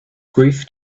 grief